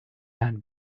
herrn